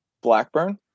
Blackburn